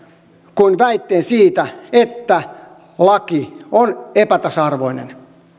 kuin vain väitteen siitä että laki on epätasa arvoinen